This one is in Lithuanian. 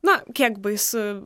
na kiek baisu